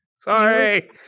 Sorry